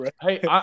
hey